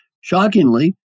Shockingly